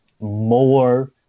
more